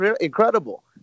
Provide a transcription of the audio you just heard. incredible